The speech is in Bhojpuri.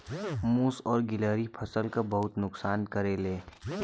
मुस और गिलहरी फसल क बहुत नुकसान करेले